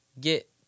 get